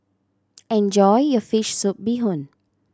enjoy your fish soup bee hoon